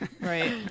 Right